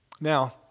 Now